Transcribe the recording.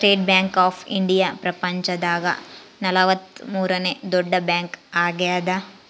state bank of India ಪ್ರಪಂಚ ದಾಗ ನಲವತ್ತ ಮೂರನೆ ದೊಡ್ಡ ಬ್ಯಾಂಕ್ ಆಗ್ಯಾದ